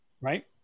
Right